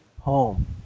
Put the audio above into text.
home